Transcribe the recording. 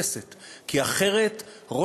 השר אקוניס,